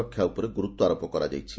ରକ୍ଷା ଉପରେ ଗୁରୁତ୍ୱ ଆରୋପ କରାଯାଇଛି